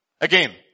again